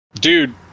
dude